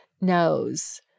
knows